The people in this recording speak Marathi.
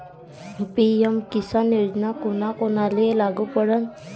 पी.एम किसान योजना कोना कोनाले लागू पडन?